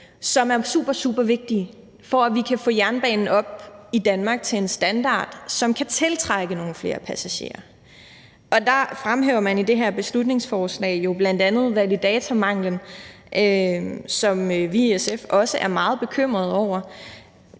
som er supersupervigtigt, for at vi kan få jernbanen i Danmark op til en standard, som kan tiltrække nogle flere passagerer. Der fremhæver man i det her beslutningsforslag jo bl.a. validatormanglen, som vi i SF også er meget bekymrede over.